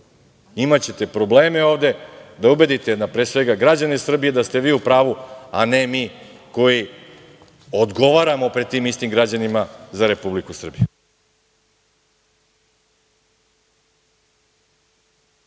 imaćete probleme ovde da ubedite građane Srbije, pre svega da ste vi u pravu, a ne mi koji odgovaramo pred tim istim građanima, za Repulbiku Srbiju.